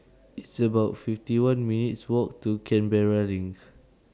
It's about fifty one minutes' Walk to Canberra LINK